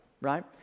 Right